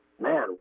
man